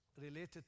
related